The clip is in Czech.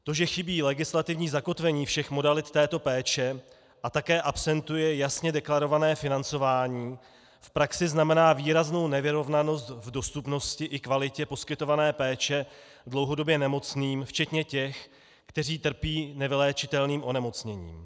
To, že chybí legislativní zakotvení všech modalit této péče a také absentuje jasně deklarované financování, v praxi znamená výraznou nevyrovnanost v dostupnosti i kvalitě poskytované péče dlouhodobě nemocným včetně těch, kteří trpí nevyléčitelným onemocněním.